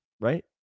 right